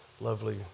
Lovely